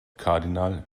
kardinal